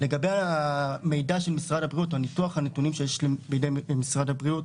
לגבי המידע של משרד הבריאות או ניתוח הנתונים שיש בידי משרד הבריאות,